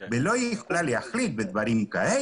כן, על הגבייה שלו, נכון.